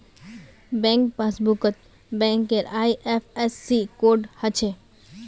bank पासबुकत बैंकेर IFSC code हछे